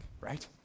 right